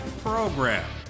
program